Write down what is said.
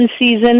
season